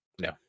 No